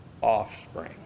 offspring